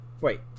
wait